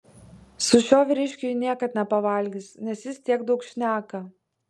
su šiuo vyriškiu ji niekad nepavalgys nes jis tiek daug šneka